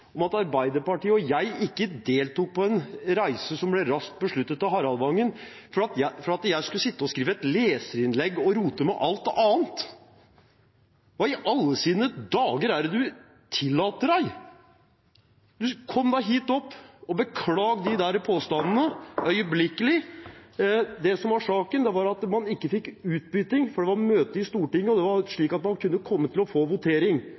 om at Arbeiderpartiet og jeg ikke deltok på en reise til Haraldvangen som ble raskt besluttet, fordi jeg skulle sitte og skrive et leserinnlegg og rote med alt mulig annet! Hva i alle dager er det du tillater deg! Kom deg hit opp og beklag disse påstandene øyeblikkelig! Det som var saken, var at man ikke fikk utbytting, for det var møte i Stortinget og man kunne komme til å få votering.